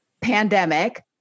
pandemic